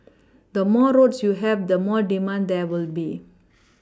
the more roads you have the more demand there will be